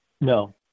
No